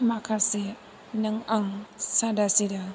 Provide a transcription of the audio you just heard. माखासे नों आं सादा सिदा